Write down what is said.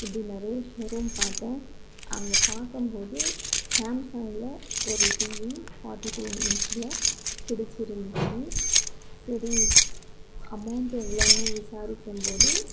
இப்படி நிறைய ஷோரூம் பார்த்தோம் அங்கே பார்க்கம்போது சாம்சங்கில் ஒரு டிவி ஃபார்ட்டி டூ இன்ச்சில் பிடித்து இருந்துச்சு சரி அமௌண்ட் எவ்வளோன்னு விசாரிக்கும்போது